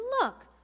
Look